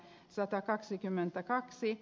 ssä